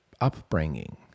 upbringing